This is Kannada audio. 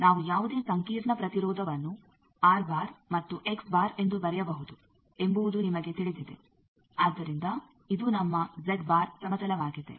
ನಾವು ಯಾವುದೇ ಸಂಕೀರ್ಣ ಪ್ರತಿರೋಧವನ್ನು ಮತ್ತು ಎಂದು ಬರೆಯಬಹುದು ಎಂಬುದು ನಿಮಗೆ ತಿಳಿದಿದೆ ಆದ್ದರಿಂದ ಇದು ನಮ್ಮ ಸಮತಲವಾಗಿದೆ